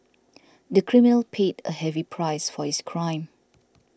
the criminal paid a heavy price for his crime